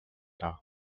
dark